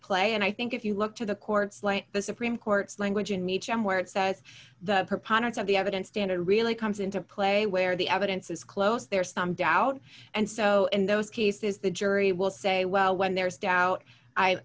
play and i think if you look to the courts slant the supreme court's language in meacham where it says the proponents of the evidence stand it really comes into play where the evidence is close there's some doubt and so in those cases the jury will say well when there is doubt i